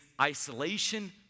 isolation